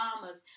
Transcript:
mamas